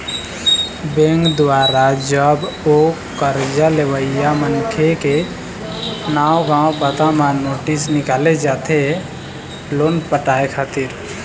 bank दुवारा जब ओ करजा लेवइया मनखे के नांव गाँव पता म नोटिस निकाले जाथे लोन पटाय खातिर